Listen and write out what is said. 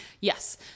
Yes